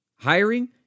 Hiring